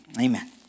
Amen